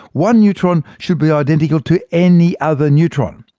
one neutron should be identical to any other neutron.